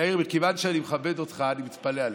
יאיר, מכיוון שאני מכבד אותך, אני מתפלא עליך.